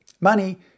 Money